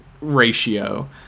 ratio